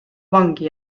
vangi